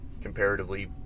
comparatively